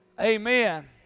amen